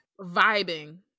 vibing